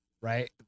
right